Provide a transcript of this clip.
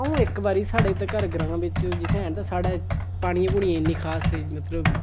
अ'ऊं इक बारी साढ़े घर इत्थै ग्रांऽ बिच जित्थै हैन ते साढ़ै पानी पुनियै दी इन्नी खास